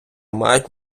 мають